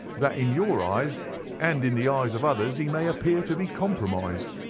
that in your eyes and in the eyes of others he may appear to be compromised.